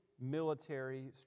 military